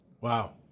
Wow